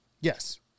Yes